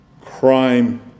crime